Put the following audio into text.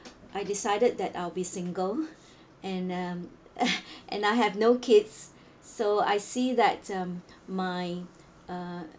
I decided that I'll be single and um and I have no kids so I see that um my uh